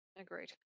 Agreed